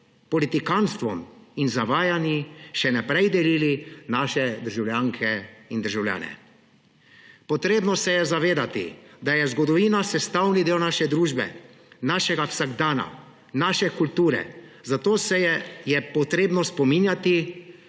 politikantstvom in zavajanji še naprej delili naše državljanke in državljane. Treba se je zavedati, da je zgodovina sestavni del naše družbe, našega vsakdana, naše kulture, zato se jo je treba spominjati,